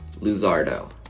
Luzardo